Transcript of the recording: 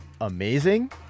amazing